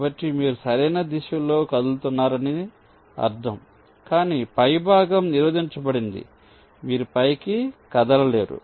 కాబట్టి మీరు సరైన దిశలో కదులుతున్నారని దీని అర్థం కానీ పైభాగం నిరోధించబడింది మీరు పైకి కదలలేరు